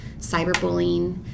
cyberbullying